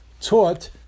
taught